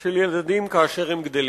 של ילדים כאשר הם גדלים.